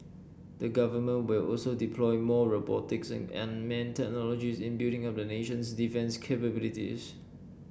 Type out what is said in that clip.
the Government will also deploy more robotics and unmanned technologies in building up the nation's defence capabilities